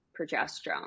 progesterone